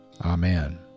Amen